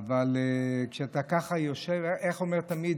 איך אומר תמיד